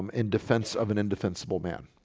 um in defense of an indefensible man,